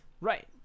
Right